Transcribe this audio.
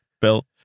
built